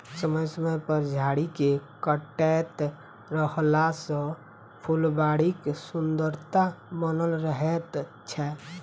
समय समय पर झाड़ी के काटैत रहला सॅ फूलबाड़ीक सुन्दरता बनल रहैत छै